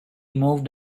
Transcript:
moved